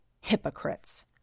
hypocrites